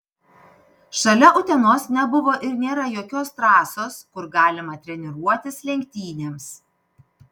šalia utenos nebuvo ir nėra jokios trasos kur galima treniruotis lenktynėms